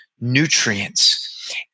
nutrients